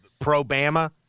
pro-Bama